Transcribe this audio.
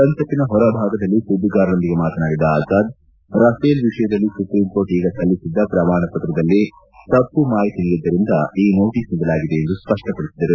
ಸಂಸತ್ತಿನ ಹೊರಭಾಗದಲ್ಲಿ ಸುದ್ದಿಗಾರರೊಂದಿಗೆ ಮಾತನಾಡಿದ ಅಜಾದ್ ರಫೇಲ್ ವಿಷಯದಲ್ಲಿ ಸುಪ್ರೀಂಕೋರ್ಟ್ ಈಗ ಸಲ್ಲಿಸಿದ್ದ ಪ್ರಮಾಣಪತ್ರದಲ್ಲಿ ತಪ್ಪು ಮಾಹಿತಿ ನೀಡಿದ್ದರಿಂದ ಈ ನೋಟಸ್ ನೀಡಲಾಗಿದೆ ಎಂದು ಸ್ಪಪ್ಪಡಿಸಿದರು